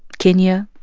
kenya.